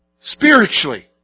Spiritually